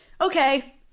okay